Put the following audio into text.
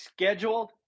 scheduled